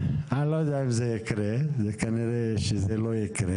אני לא יודע אם זה יקרה, זה כנראה שזה לא יקרה.